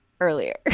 earlier